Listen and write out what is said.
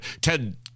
Ted